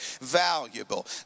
Valuable